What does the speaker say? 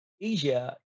Asia